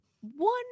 one